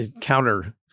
counter